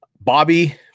Bobby